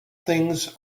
things